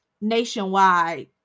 nationwide